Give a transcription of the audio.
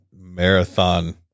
marathon